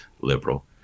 liberal